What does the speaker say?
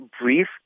brief